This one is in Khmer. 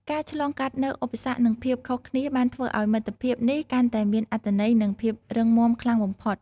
ការឆ្លងកាត់នូវឧបសគ្គនិងភាពខុសគ្នាបានធ្វើឲ្យមិត្តភាពនេះកាន់តែមានអត្ថន័យនិងភាពរឹងមាំខ្លាំងបំផុត។